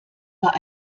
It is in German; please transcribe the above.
bei